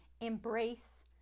embrace